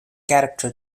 character